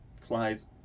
flies